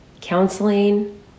counseling